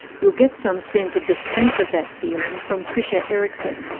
you'll get some sense of the strength of that feeling from tricia erickson,